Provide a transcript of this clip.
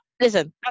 listen